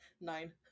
Nine